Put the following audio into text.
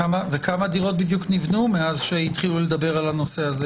כמה דירות נבנו מאז שהתחילו לדבר על הנושא הזה?